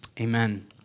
Amen